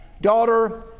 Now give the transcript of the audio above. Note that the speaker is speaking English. Daughter